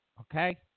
okay